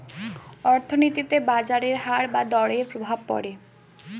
অর্থনীতিতে বাজারের হার বা দরের প্রভাব পড়ে